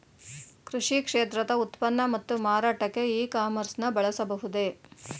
ಕೃಷಿ ಕ್ಷೇತ್ರದ ಉತ್ಪನ್ನ ಮತ್ತು ಮಾರಾಟಕ್ಕೆ ಇ ಕಾಮರ್ಸ್ ನ ಬಳಸಬಹುದೇ?